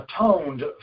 atoned